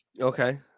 okay